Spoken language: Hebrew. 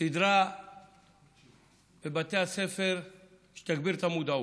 סדרה בבתי הספר שתגביר את המודעות,